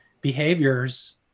behaviors